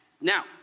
Now